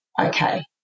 okay